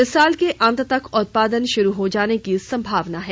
इस साल के अंत तक उत्पादन शुरू हो जाने की सम्भावना है